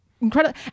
incredible